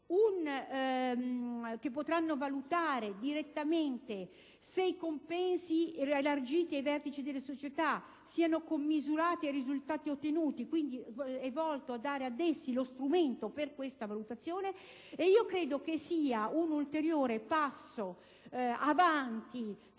potranno valutare direttamente se i compensi elargiti ai vertici delle società siano commisurati ai risultati ottenuti; quindi si tende a dare ad essi lo strumento per tale valutazione. A mio avviso, è un ulteriore passo avanti